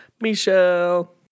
Michelle